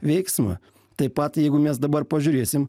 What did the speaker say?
veiksmą taip pat jeigu mes dabar pažiūrėsim